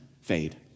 fade